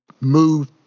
move